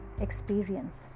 experience